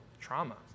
trauma